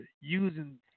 using